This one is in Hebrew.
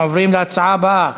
אנחנו עוברים להצעה הבאה: